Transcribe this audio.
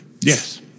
Yes